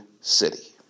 city